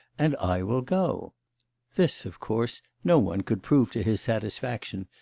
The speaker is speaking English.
and i will go this, of course, no one could prove to his satisfaction,